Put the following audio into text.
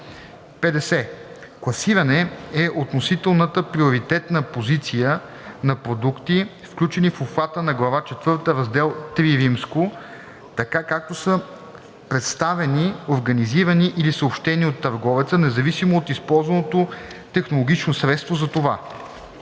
50. „Класиране“ е относителната приоритетна позиция на продукти, включени в обхвата на глава четвърта, раздел III, така както са представени, организирани или съобщени от търговеца, независимо от използваното технологично средство за това